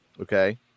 Okay